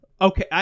okay